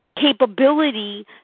capability